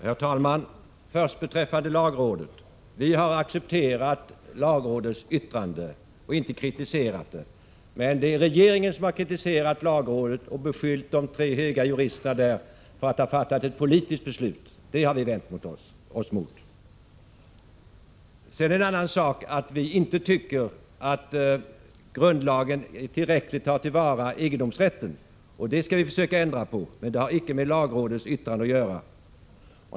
Herr talman! Först beträffande lagrådet. Vi har accepterat lagrådets yttrande och inte kritiserat det. Men det är regeringen som har kritiserat lagrådet och beskyllt de tre höga juristerna där för att ha fattat ett politiskt beslut. Det har vi vänt oss emot. En annan sak är att vi inte anser att grundlagen tillräckligt mycket tar till vara egendomsrätten. Detta skall vi försöka ändra på. Men detta har icke med lagrådets yttrande att göra.